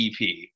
EP